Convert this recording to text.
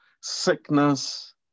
sickness